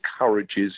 encourages